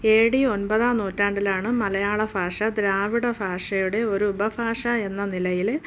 A D ഒൻപതാം നൂറ്റാണ്ടിലാണ് മലയാള ഭാഷ ദ്രാവിഡ ഭാഷയുടെ ഒരു ഉപഭാഷ എന്ന നിലയിൽ